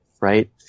right